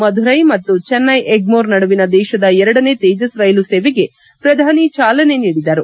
ಮಧುರೈ ಮತ್ತು ಚೆನ್ನೈ ಎಗ್ಮೋರ್ ನಡುವಿನ ದೇಶದ ಎರಡನೇ ತೇಜಸ್ ರೈಲು ಸೇವೆಗೆ ಪ್ರಧಾನಿ ಚಾಲನೆ ನೀಡಿದರು